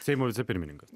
seimo vicepirmininkas